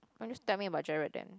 why don't just tell me about Gerald then